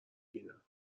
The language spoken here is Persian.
بینم